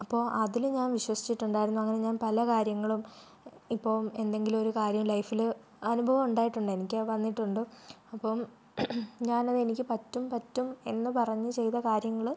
അപ്പോൾ അതിൽ ഞാൻ വിശ്വസിച്ചിട്ടുണ്ടായിരുന്നു അങ്ങനെ ഞാൻ പല കാര്യങ്ങളും ഇപ്പോൾ എന്തെങ്കിലും ഒരു കാര്യം ലൈഫിൽ അനുഭവം ഉണ്ടായിട്ടുണ്ട് എനിക്ക് അത് വന്നിട്ടുണ്ട് അപ്പം ഞാൻ അത് എനിക്ക് പറ്റും പറ്റും എന്ന് പറഞ്ഞ് ചെയ്ത കാര്യങ്ങൾ